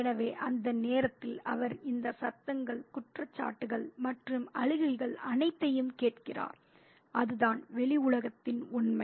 எனவே அந்த நேரத்தில் அவர் இந்த சத்தங்கள் மற்றும் குற்றச்சாட்டுகள் மற்றும் அழுகைகள் அனைத்தையும் கேட்கிறார் அதுதான் வெளிஉலகின் உண்மை